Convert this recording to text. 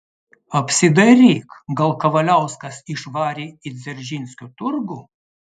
apsidairyk gal kavaliauskas išvarė į dzeržinskio turgų